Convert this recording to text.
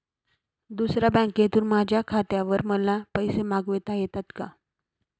दुसऱ्या बँकेतून माझ्या खात्यावर मला पैसे मागविता येतात का?